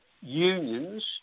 unions